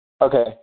Okay